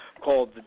called